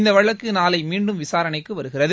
இந்த வழக்கு நாளை மீண்டும் விசாரணைக்கு வருகிறது